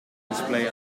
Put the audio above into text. display